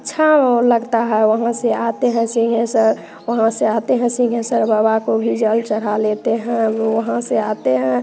अच्छा लगता है वहाँ से आते हैं सिंहेश्वर वहाँ से आते हैं सिंहेश्वर बाबा को भी जल चढ़ा लेते हैं हम वहाँ से आते हैं